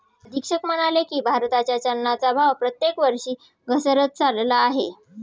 अधीक्षक म्हणाले की, भारताच्या चलनाचा भाव प्रत्येक वर्षी घसरत चालला आहे